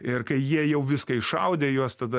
ir kai jie jau viską iššaudė juos tada